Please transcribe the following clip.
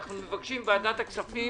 אנו מבקשים, ועדת הכספים